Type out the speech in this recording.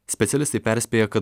specialistai perspėja kad